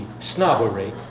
snobbery